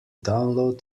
download